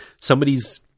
somebody's